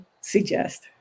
suggest